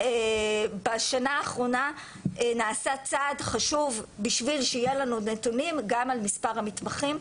בשנה האחרונה נעשה צעד חשוב בשביל שיהיה לנו נתונים גם על מספר המתמחים.